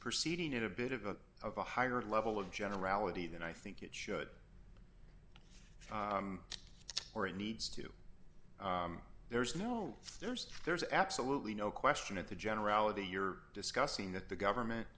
proceeding in a bit of a of a higher level of generality than i think it should or it needs to there's no there's there's absolutely no question of the generality you're discussing that the government